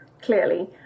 Clearly